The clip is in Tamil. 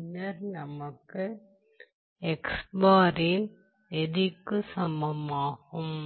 பின்னர் நமக்கு இன் நெறிக்குச் சமமாகும்